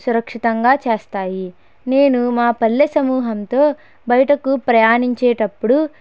సురక్షితంగా చేస్తాయి నేను మా పల్లె సమూహంతో బయటకు ప్రయాణించేటప్పుడు